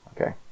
okay